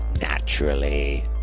Naturally